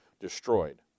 destroyed